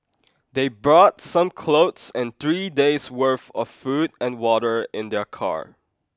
they brought some clothes and three days' worth of food and water in their car